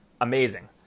amazing